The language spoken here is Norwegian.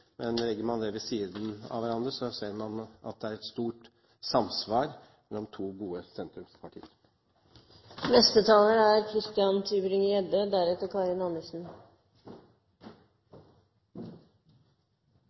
men legger man dette ved siden av hverandre, ser man at det er et stort samsvar mellom to gode sentrumspartier. Jeg vet nesten ikke hvor jeg skal begynne. Først til Trine Skei Grande, som har forlatt salen: Det er